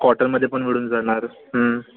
कॉटनमध्ये पण मिळून जाणार